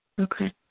Okay